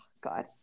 God